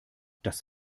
das